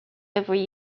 every